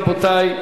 רבותי,